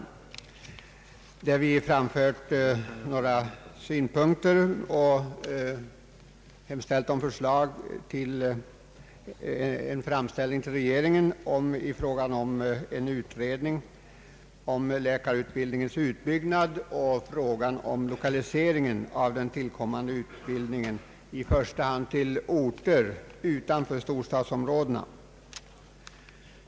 Vi har där framfört vissa synpunkter och hemställt att riksdagen hos regeringen begär utredning av frågan om läkarutbildningens utbyggnad och frågan om lokalisering av den tillkommande utbildningen i första hand till orter utanför storstadsområdena.